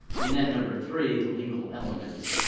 and then number three, the legal elements,